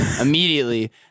immediately